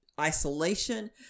isolation